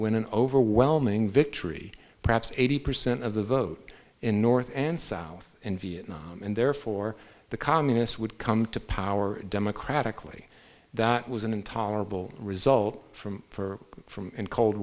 win an overwhelming victory perhaps eighty percent of the vote in north and south in vietnam and therefore the communists would come to power democratically that was an intolerable result from for from